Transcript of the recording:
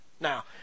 Now